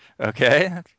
Okay